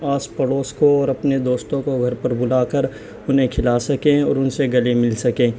پاس پڑوس کو اور اپنے دوستوں کو گھر پر بلا کر انہیں کھلا سکیں اور ان سے گلے مل سکیں